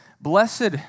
blessed